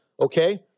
Okay